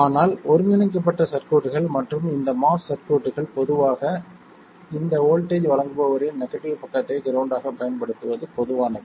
ஆனால் ஒருங்கிணைக்கப்பட்ட சர்க்யூட்கள் மற்றும் இந்த MOS சர்க்யூட்கள் பொதுவாக இந்த வோல்ட்டேஜ் வழங்குபவரின் நெகட்டிவ் பக்கத்தை கிரவுண்ட் ஆகப் பயன்படுத்துவது பொதுவானது